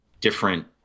different